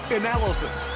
analysis